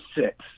six